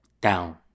down